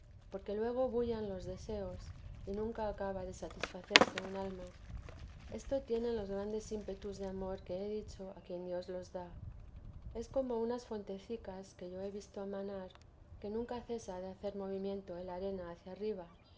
porque luego bullen los deseos y nunca acaba de satisfacerse un alma esto tienen los grandes ímpetus de amor que he dicho a quien dios los da es como unas fuentecicas que yo he visto a manar que nunca cesa de hacer movimiento el ar hacia arriba